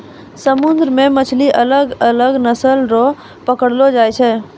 समुन्द्र मे मछली अलग अलग नस्ल रो पकड़लो जाय छै